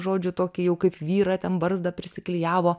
žodžių tokį jau kaip vyrą ten barzdą prisiklijavo